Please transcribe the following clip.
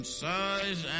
size